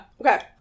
Okay